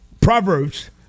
Proverbs